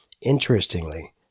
Interestingly